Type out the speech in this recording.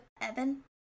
Evan